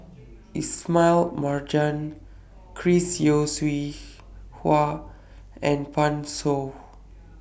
Ismail Marjan Chris Yeo Siew Hua and Pan Shou